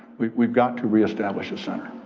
we've got to re-establish a center.